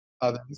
others